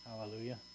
Hallelujah